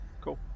Cool